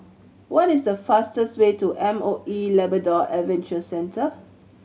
what is the fastest way to M O E Labrador Adventure Centre